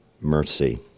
mercy